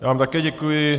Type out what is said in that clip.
Já vám také děkuji.